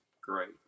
Great